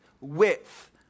width